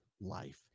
life